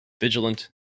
vigilant